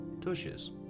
tushes